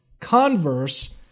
converse